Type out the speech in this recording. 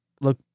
look